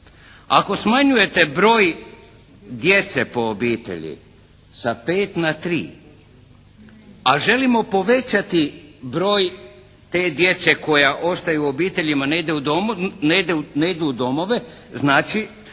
Ako smanjujete broj djece po obitelji sa pet na tri a želimo povećati broj te djece koja ostaju u obiteljima, ne idu u domove znači